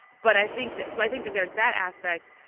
but i think that so i think that there's that aspect,